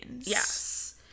Yes